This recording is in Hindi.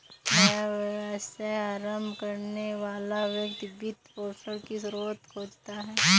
नया व्यवसाय आरंभ करने वाला व्यक्ति वित्त पोषण की स्रोत खोजता है